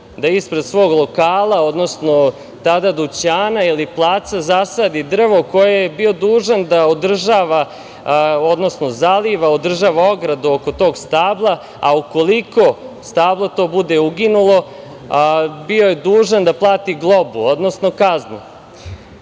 da ispred svog lokala, odnosno tada dućana ili placa zasadi drvo koje je bio dužan da održava, odnosno zaliva, održava ogradu oko tog stabala, a ukoliko stablo to bude uginulo, bio je dužan da plati globu, odnosno